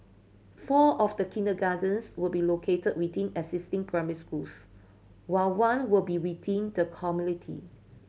four of the kindergartens will be located waiting existing primary schools while one will be waiting the community